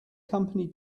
company